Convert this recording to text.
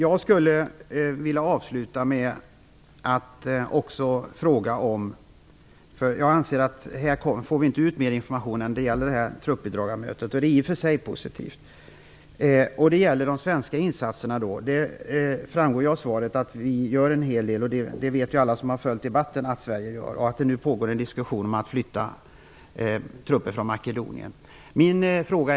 Fru talman! Här får vi inte ut mer information än på truppbidragarmötet. Det är i och för sig positivt. Jag vill avsluta med att ställa en fråga beträffande de svenska insatserna. Av svaret framgår att vi gör en hel del. Det vet alla som har följt debatten. Nu pågår en diskussion om att flytta trupper från Makedonien.